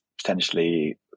potentially